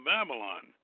Babylon